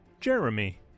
Jeremy